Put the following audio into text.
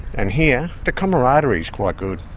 and here the camaraderie is quite good.